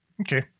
Okay